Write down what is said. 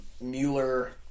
Mueller